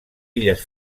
illes